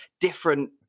different